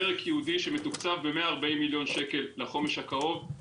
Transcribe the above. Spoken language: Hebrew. פרק ייעודי שמתוקצב ב-140 מיליון שקל לחומש הקרוב,